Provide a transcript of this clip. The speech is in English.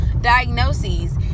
diagnoses